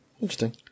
Interesting